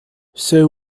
sir